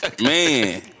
Man